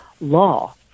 law